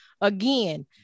again